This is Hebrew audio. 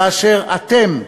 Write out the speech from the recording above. ואשר אתם,